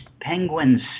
penguins